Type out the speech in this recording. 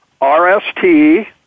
RST